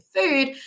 food